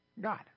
God